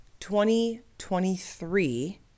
2023